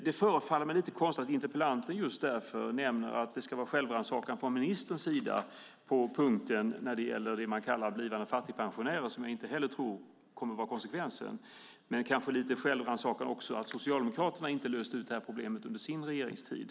Det förefaller lite konstigt att interpellanten nämner att det behövs självrannsakan från ministerns sida beträffande det man kallar blivande fattigpensionärer, som jag inte tror kommer att vara konsekvensen, när lite självrannsakan kanske också behövs med tanke på att Socialdemokraterna inte löste problemet under sin regeringstid.